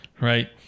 Right